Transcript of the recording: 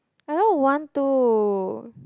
I don't want to